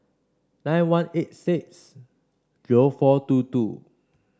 nine one eight six zero four two two